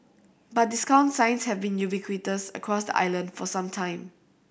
but discount signs have been ubiquitous across the island for some time